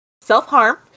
self-harm